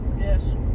Yes